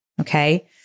Okay